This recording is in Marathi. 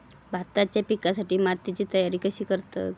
भाताच्या पिकासाठी मातीची तयारी कशी करतत?